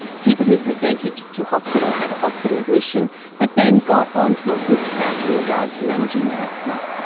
people who presented to hospital, had a hospital admission but then got onto a good track in regard to managing their asthma.